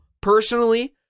personally